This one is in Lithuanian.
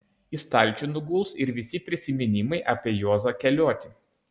į stalčių nuguls ir visi prisiminimai apie juozą keliuotį